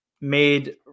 made